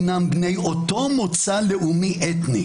אלפי אירועי טרור בשנה של פלסטינים,